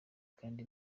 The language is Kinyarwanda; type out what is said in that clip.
kandi